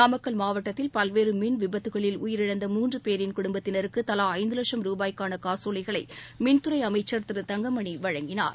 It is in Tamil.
நாமக்கல் மாவட்டத்தில் பல்வேறு மின் விபத்துகளில் உயிரிழந்த மூன்று பேரின் குடும்பத்தினருக்கு தவா ஐந்து லட்சம் ரூபாய்க்கான காசோலைகளை மின்துறை அமைச்சர் திரு தங்கமணி வழங்கினார்